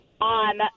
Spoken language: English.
on